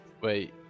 Wait